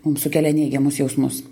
mums sukelia neigiamus jausmus